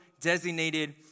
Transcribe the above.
designated